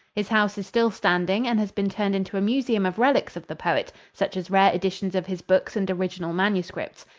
his house is still standing and has been turned into a museum of relics of the poet, such as rare editions of his books and original manuscripts.